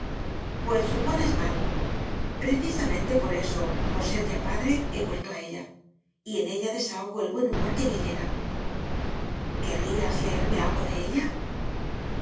pues supones mal precisamente por eso por ser ya padre he vuelto a ella y en ella desahogo el buen humor que me llena querrías leerme algo de ella